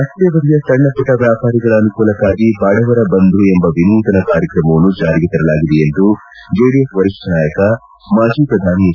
ರಸ್ತೆ ಬದಿಯ ಸಣ್ಣ ಪುಟ್ಟ ವ್ಯಾಪಾರಿಗಳ ಅನುಕೂಲಕ್ಷಾಗಿ ಬಡವರ ಬಂಧು ಎಂಬ ವಿನೂತನ ಕಾರ್ಯಕ್ರಮವನ್ನು ಜಾರಿಗೆ ತರಲಾಗಿದೆ ಎಂದು ಜೆಡಿಎಸ್ ವರಿಷ್ಠ ನಾಯಕ ಮಾಜಿ ಪ್ರಧಾನಿ ಎಚ್